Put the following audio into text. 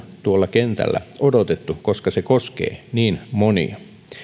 tuolla kentällä odotettu koska se koskee niin monia